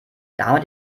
damit